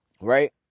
Right